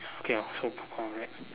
okay also correct